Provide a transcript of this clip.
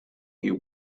you